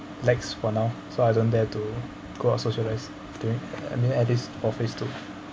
lax for now so I don't dare to go out socialize during I mean at this for phase two